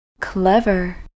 Clever